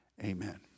Amen